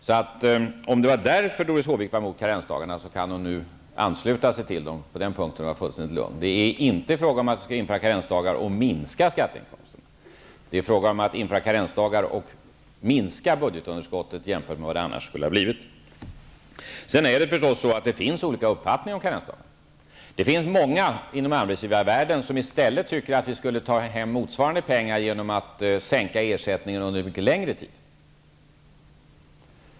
Om detta var anledningen till att Doris Håvik var emot karensdagarna kan hon nu ansluta sig till förslaget på den punkten. Hon kan vara fullständigt lugn -- det är inte fråga om att vi skall införa karensdagar och minska skatteinkomsterna, utan det är fråga om att införa karensdagar och minska budgetunderskottet jämfört med vad det annars skulle ha blivit. Det finns förstås olika uppfattningar om karensdagarna. Det finns många inom arbetsgivarvärlden som i stället tycker att vi skulle ta hem motsvarande pengar genom att sänka ersättningen under en mycket längre tid.